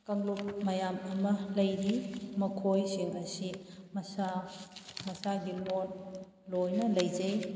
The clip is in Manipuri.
ꯀꯥꯡꯂꯨꯞ ꯃꯌꯥꯝ ꯑꯃ ꯂꯩꯔꯤ ꯃꯈꯣꯏꯁꯤꯡ ꯑꯁꯤ ꯃꯁꯥ ꯃꯁꯥꯒꯤ ꯂꯣꯟ ꯂꯣꯏꯅ ꯂꯩꯖꯩ